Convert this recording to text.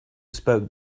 spoke